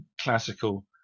classical